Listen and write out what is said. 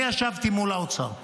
אני ישבתי מול האוצר ואמרתי: